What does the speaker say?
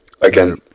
Again